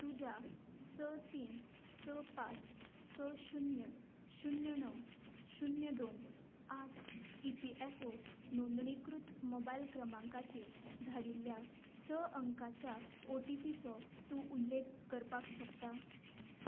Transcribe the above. तुज्या स तीन स पांच स शुन्य शुन्य णव शुन्य दोन आठ ईपीएफओ नोंदणीकृत मोबायल क्रमांकाचेर धाडिल्ल्या स अंकांच्या ओटीपीचो तूं उल्लेख करपाक शकता